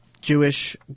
Jewish